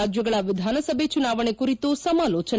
ರಾಜ್ಯಗಳ ವಿಧಾನಸಭೆ ಚುನಾವಣೆ ಕುರಿತು ಸಮಾಲೋಚನೆ